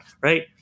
right